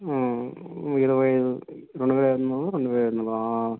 ఇరవై ఐదు రెండు వేల ఐదొందలు రెండు వేల